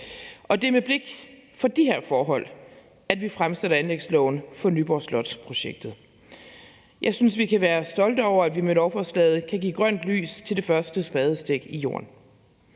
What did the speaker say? og det er med blik for de her forhold, at vi fremsætter et forslag om en anlægslov for Nyborg Slot-projektet. Jeg synes, at vi kan være stolte over, at vi med lovforslaget kan give grønt lys til det første spadestik i jorden.